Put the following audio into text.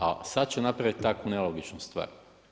A sad će napraviti takvu nelogičnu stvar.